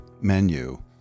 menu